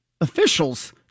officials